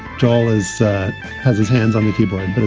joel is has his hands on the keyboard, but is